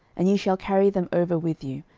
and ye shall carry them over with you,